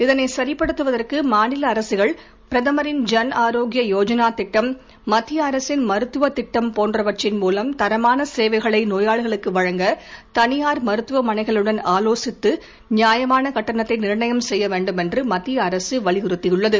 இதனை சரிபடுத்துவதற்கு மாநில அரசுகள் பிரதமரின் ஜன் ஆரோக்கிய யோஜனா திட்டம் மத்திய அரசின் மருத்துவ திட்டம் போன்றவற்றின் மூலம் தரமான சேவைகளை நோயாளிகளுக்கு வழங்க தனியார் மருத்துவமனைகளுடன் ஆலோசித்து நியாயமான கட்டணத்தை நிர்ணயம் செய்ய வேண்டும் என்று மத்திய அரசு வலியுறுத்தியுள்ளது